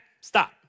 stop